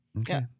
Okay